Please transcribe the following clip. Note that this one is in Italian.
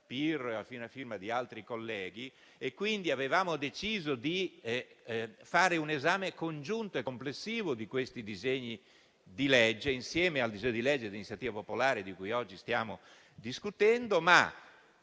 e a prima firma di altri colleghi. Avevamo deciso pertanto di svolgere un esame congiunto e complessivo di quei disegni di legge insieme al disegno di legge di iniziativa popolare di cui oggi stiamo discutendo.